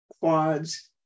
quads